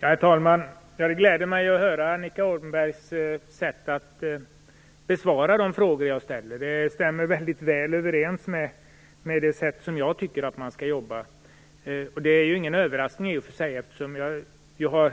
Herr talman! Det gläder mig att höra Annika Åhnbergs sätt att besvara de frågor jag ställer. Det stämmer väl överens med det sätt som jag tycker att man skall jobba på. Det är i och för sig ingen överraskning, eftersom jag har